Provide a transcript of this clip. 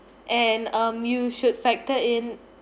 and um you should factor in